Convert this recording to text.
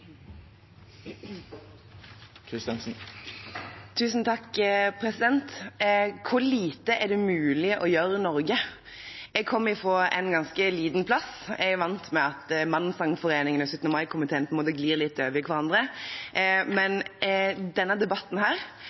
Hvor lite er det mulig å gjøre Norge? Jeg kommer fra en ganske liten plass. Jeg er vant med at mannssangforeningen og 17. mai-komiteen glir litt over i hverandre. Men denne debatten